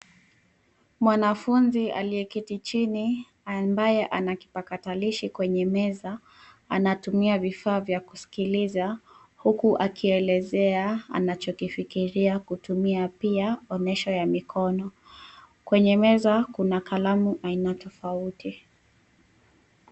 Mwanafunzi aliyeketi chini ambaye ana kipakatalishi kwenye meza anatumia vifaa vya kuskiliza huku akielezea anachofikiria kutumia. Pia, onyesho ya mikono. Kwenye meza kuna kalamu tofauti.